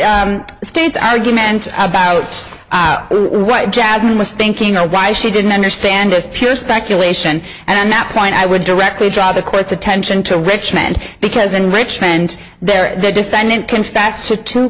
the state's argument about what jasmine was thinking or why she didn't understand this pure speculation and that point i would directly job the court's attention to richmond because in richmond there the defendant